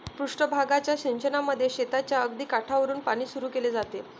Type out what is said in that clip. पृष्ठ भागाच्या सिंचनामध्ये शेताच्या अगदी काठावरुन पाणी सुरू केले जाते